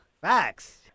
Facts